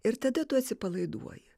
ir tada tu atsipalaiduoji